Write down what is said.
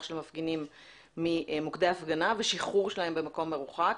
של מפגינים ממוקדי הפגנה ושחרור שלהם במקום מרוחק